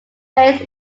base